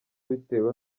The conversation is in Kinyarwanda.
bitewe